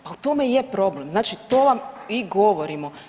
Pa u tome i je problem, znači to vam mi govorimo.